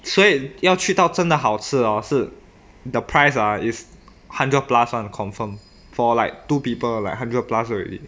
所以要去到真的好吃 hor 是 the price ah is hundred plus one confirm for like two people like hundred plus already